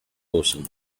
ocean